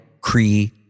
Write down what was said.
Cree